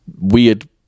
weird